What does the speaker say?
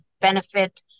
benefit